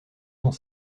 cent